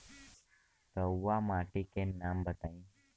रहुआ माटी के नाम बताई?